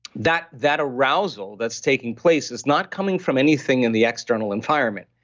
that that arousal that's taking place, it's not coming from anything in the external environment.